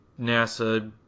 NASA